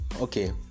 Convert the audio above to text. okay